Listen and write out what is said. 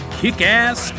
kick-ass